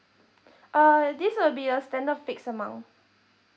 uh this will be a standard fixed amount